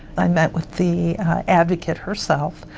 i met with the advocate herself.